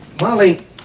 Molly